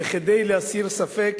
וכדי להסיר ספק,